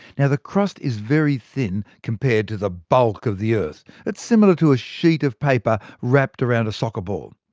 and the crust is very thin compared to the bulk of the earth but similar to a sheet of paper wrapped around a soccer ball.